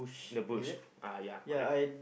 the bush ah ya correct